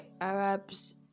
Arabs